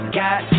got